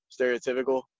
stereotypical